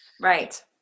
Right